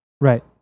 Right